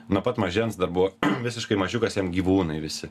nuo pat mažens dar buvo visiškai mažiukas jam gyvūnai visi